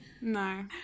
No